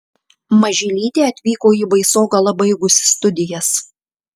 mažylytė atvyko į baisogalą baigusi studijas